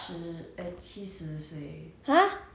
它七十了啊 on my god